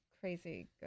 Crazy